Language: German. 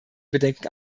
bedenken